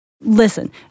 Listen